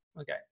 Okay